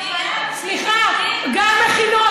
סליחה, גם מכינות.